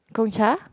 Gong-Cha